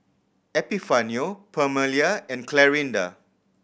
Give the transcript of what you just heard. Epifanio Permelia and Clarinda